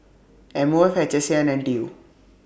M O F H S A and N T U